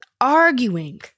Arguing